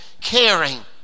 caring